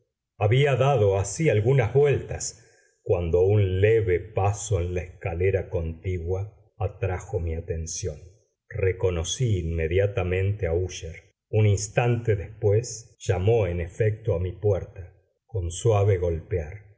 había dado así algunas vueltas cuando un leve paso en la escalera contigua atrajo mi atención reconocí inmediatamente a úsher un instante después llamó en efecto a mi puerta con suave golpear